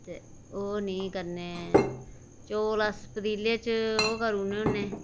ते ओह् निं करने चौल अस पतीले च ओह् करी ओड़ने होन्ने